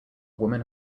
woman